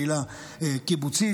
קהילה קיבוצית,